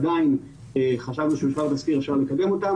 עדיין חשבנו שאפשר לקדם אותם.